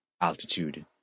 altitude